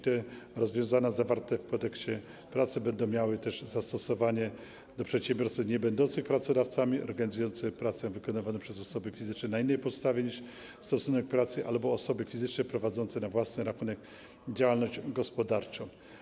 Te rozwiązania zawarte w Kodeksie pracy będą miały też zastosowanie do przedsiębiorców niebędących pracodawcami organizujących pracę wykonywaną przez osoby fizyczne na innej podstawie niż stosunek pracy albo osoby fizyczne prowadzące na własny rachunek działalność gospodarczą.